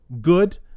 good